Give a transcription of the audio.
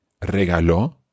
regaló